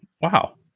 Wow